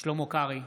שלמה קרעי,